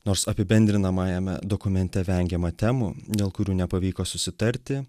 nors apibendrinamajame dokumente vengiama temų dėl kurių nepavyko susitarti